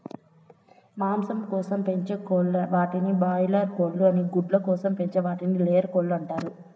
మాంసం కోసం పెంచే వాటిని బాయిలార్ కోళ్ళు అని గుడ్ల కోసం పెంచే వాటిని లేయర్ కోళ్ళు అంటారు